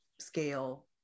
scale